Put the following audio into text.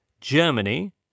Germany